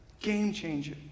game-changer